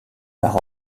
par